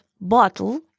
bottle